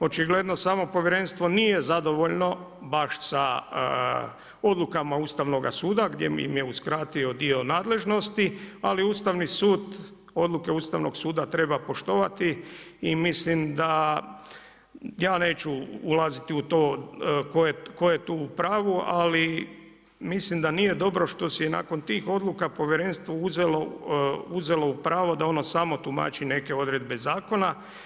Očigledno samo povjerenstvo nije zadovoljno baš sa odlukama Ustavnoga suda gdje im je uskratio dio nadležnosti ali Ustavni sud, odluke Ustavnog suda treba poštovati i mislim da ja neću ulaziti u to tko je tu u pravu ali mislim da nije dobro što si je nakon tih odluka povjerenstvo uzelo u pravo da ono samo tumači neke odredbe zakona.